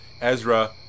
Ezra